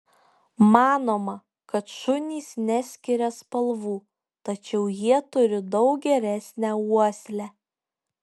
manoma kad šunys neskiria spalvų tačiau jie turi daug geresnę uoslę